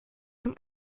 zum